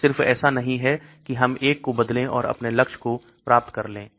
यह सिर्फ ऐसा नहीं है कि हम एक को बदलें और अपने लक्ष्य को प्राप्त कर लें